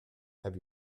have